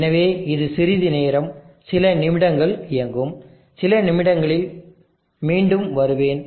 எனவே இது சிறிது நேரம் சில நிமிடங்கள் இயங்கும் சில நிமிடங்களில் மீண்டும் வருவேன்